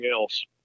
else